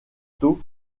tôt